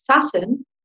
Saturn